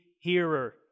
hearer